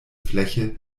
fläche